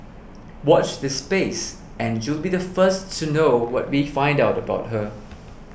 watch this space and you'll be the first to know what we find out about her